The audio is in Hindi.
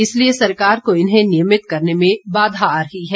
इसलिए सरकार को इन्हें नियमित करने में बाधा आ रही है